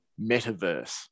metaverse